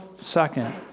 second